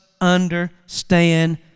understand